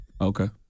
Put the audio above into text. Okay